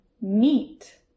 meet